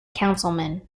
councilman